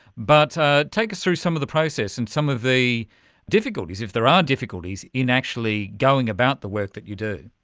but take us through some of the process and some of the difficulties, if there are difficulties, in actually going about the work that you do.